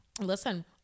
listen